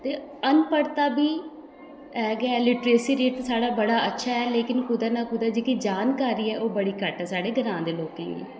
ते अनपढ़ता बी है गै ऐ लिटरेसी रेट ते साढ़ा बड़ा अच्छा ऐ लेकिन कुतै ना कुतै जेह्की जानकारी ऐ ओह् बड़ी घट्ट ऐ साढ़े ग्रांऽ दे लोकें गी